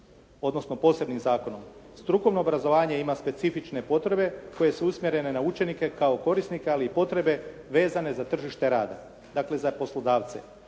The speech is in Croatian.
odnosno posebnim zakonom. Strukovno obrazovanje ima specifične potrebe koje su usmjerene na učenike kao korisnike, ali i potrebe vezane za tržište rada, dakle za poslodavce.